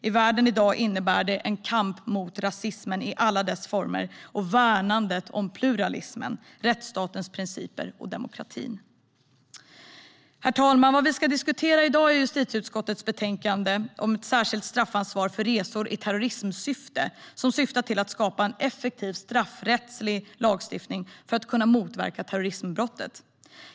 I världen i dag innebär det en kamp mot rasismen i alla dess former och värnandet om pluralismen, rättstatsens principer och demokratin. Herr talman! Vad vi ska diskutera i dag är justitieutskottets betänkande om ett särskilt straffansvar för resor i terrorismsyfte som syftar till att skapa en effektiv straffrättslig lagstiftning för att kunna motverka terrorismbrottet.